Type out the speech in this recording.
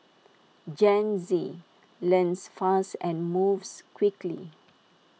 Gen Z learns fast and moves quickly